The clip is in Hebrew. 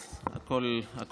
אז הכול בסדר.